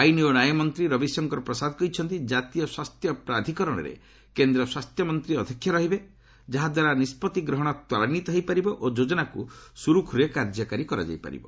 ଆଇନ୍ ଓ ନ୍ୟାୟ ମନ୍ତ୍ରୀ ରବିଶଙ୍କର ପ୍ରସାଦ କହିଛନ୍ତି କାତୀୟ ସ୍ୱାସ୍ଥ୍ୟ ପ୍ରାଧିକରଣରେ କେନ୍ଦ୍ର ସ୍ୱାସ୍ଥ୍ୟମନ୍ତ୍ରୀ ଅଧ୍ୟକ୍ଷ ରହିବେ ଯାହାଦ୍ୱାରା ନିଷ୍କତ୍ତି ଗ୍ରହଣ ତ୍ୱରାନ୍ୱିତ ହୋଇପାରିବ ଓ ଯୋଜନାକୁ ସୁରୁଖୁରୁରେ କାର୍ଯ୍ୟକାରୀ କରାଯାଇପାରିବ